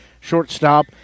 Shortstop